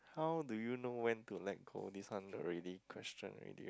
how do you know when to let go this hundred ready questions already